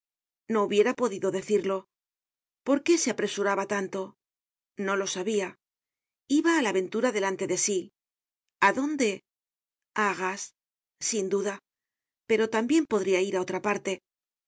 no hubiera podido decirlo por qué se apresuraba tanto no lo sabia iba á la ventura delante de sí a dónde a arras sin duda pero tambien podria ir á otra parte